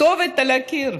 כתובת על הקיר,